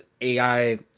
AI